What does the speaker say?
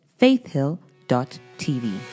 faithhill.tv